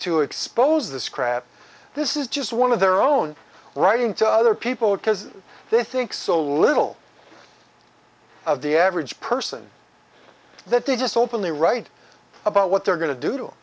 to expose this crap this is just one of their own writing to other people because they think so little of the average person that they just openly write about what they're going to do